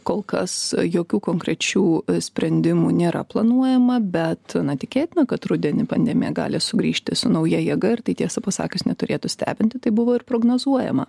kol kas jokių konkrečių sprendimų nėra planuojama bet tikėtina kad rudenį pandemija gali sugrįžti su nauja jėga ir tai tiesa pasakius neturėtų stebinti tai buvo ir prognozuojama